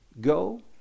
Go